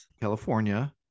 California